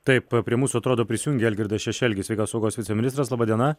taip prie mūsų atrodo prisijungė algirdas šešelgis sveikatos saugos viceministras laba diena